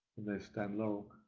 and there's stan laurel.